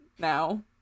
now